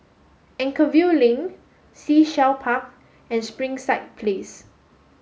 Anchorvale Link Sea Shell Park and Springside Place